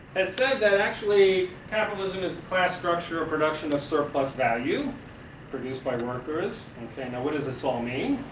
has said that actually, capitalism is the class structure of production of surplus value produced by workers and kind of what does this all mean?